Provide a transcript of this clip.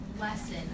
lesson